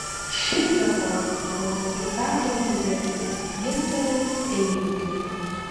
šis rekordas priklauso kitam žalgiriečiui gintarui einikiui